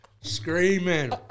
Screaming